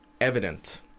Evident